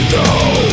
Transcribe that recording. now